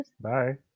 Bye